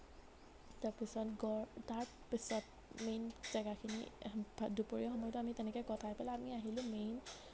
তাৰপিছত গঁড় তাৰপিছত মেইন জাগাখিনি দুপৰীয়া সময়তো তেনেকেই কটাই পেলাই আমি আহিলোঁ মেইন